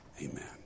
Amen